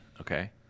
Okay